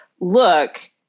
look